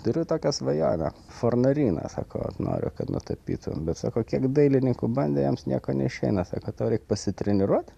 turiu tokią svajonę fornariną sako noriu kad nutapytum bet sako kiek dailininkų bandė jiems nieko neišeina sako tau reik pasitreniruot